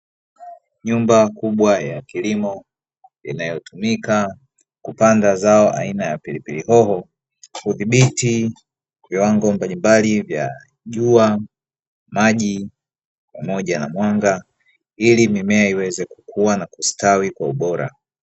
Nyumba kubwa ya kilimo inayotumika kupanda zao aina ya pilipili hoho. Kudhibiti viwango mbalimbali vya jua, maji, pamoja na mwanga ili mimea iweze kukua na kustawi kwa ubora.